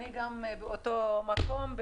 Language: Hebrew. גם אני באותו מקום.